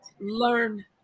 learn